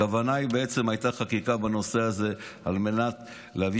הכוונה היא בעצם שהייתה חקיקה בנושא הזה על מנת להביא